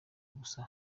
gusa